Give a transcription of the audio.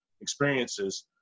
experiences